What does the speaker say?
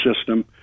system